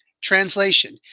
Translation